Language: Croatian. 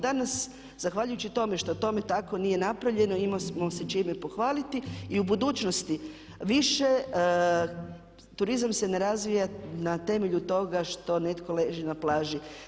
Danas zahvaljujući tome što je tome tako nije napravljeno imamo se čime pohvaliti i u budućnosti više turizam se ne razvija na temelju toga što netko leži na plaži.